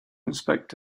inspect